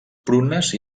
prunes